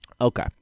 Okay